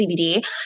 CBD